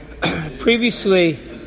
Previously